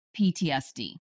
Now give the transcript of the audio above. PTSD